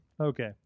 Okay